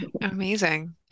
amazing